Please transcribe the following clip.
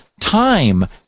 time